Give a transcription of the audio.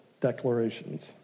declarations